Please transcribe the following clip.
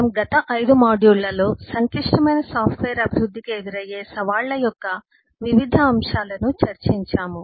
మనము గత 5 మాడ్యూళ్ళలో సంక్లిష్టమైన సాఫ్ట్వేర్ అభివృద్ధికి ఎదురయ్యే సవాళ్ల యొక్క వివిధ అంశాలను చర్చించాము